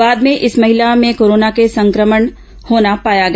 बाद में इस महिला में कोरोना संक्रमण होना पाया गया